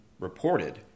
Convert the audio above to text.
reported